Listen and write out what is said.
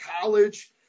college